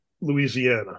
louisiana